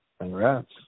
Congrats